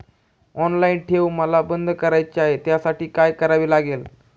Online ठेव मला बंद करायची आहे, त्यासाठी काय करावे लागेल?